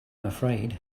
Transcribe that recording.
afraid